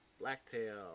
Blacktail